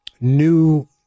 new